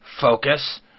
Focus